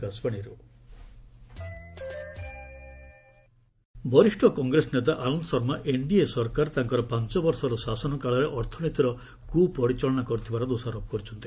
ଆନନ୍ଦ ଶର୍ମା ବରିଷ୍ଣ କଂଗ୍ରେସ ନେତା ଆନନ୍ଦ ଶର୍ମା ଏନ୍ଡିଏ ସରକାର ତାଙ୍କର ପାଞ୍ଚ ବର୍ଷର ଶାସନ କାଳରେ ଅର୍ଥନୀତିର କୁପରିଚାଳନା କରିଥିବାର ଦୋଷାରୋପ କରିଛନ୍ତି